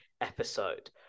episode